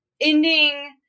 ending